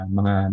mga